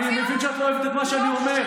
אני מבין שאת לא אוהבת את מה שאני אומר.